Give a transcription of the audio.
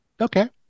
Okay